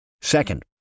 Second